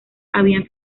habían